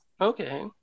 okay